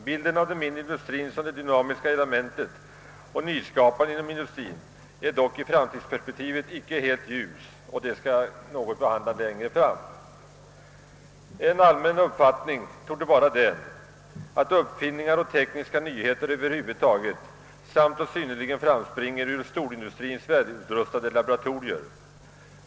Bilden av den mindre industrien som det dynamiska elementet och nyskaparen är dock i framtidsperspektivet icke helt ljus; detta skall jag något behandla längre fram. En allmän uppfattning torde vara att uppfinningar och tekniska nyheter samt och synnerligen springer fram ur storindustriens välutrustade laboratorier.